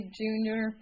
junior